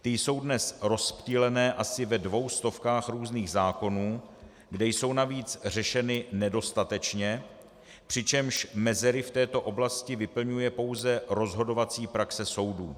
Ty jsou dnes rozptýlené asi ve 200 různých zákonů, kde jsou navíc řešeny nedostatečně, přičemž mezery v této oblasti vyplňuje pouze rozhodovací praxe soudů.